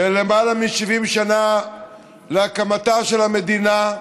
ולמעלה מ-70 שנה מהקמתה של המדינה,